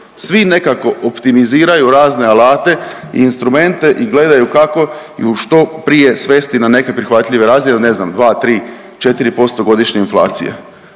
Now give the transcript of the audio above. Svi nekako optimiziraju razne alate i instrumente i gledaju kako ju što prije svesti na neke prihvatljive razine, ne znam, 2, 3, 4% godišnje inflacije.